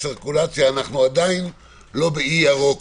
כל מיני דברים שייקח עוד זמן עד שהם יקרו,